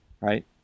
right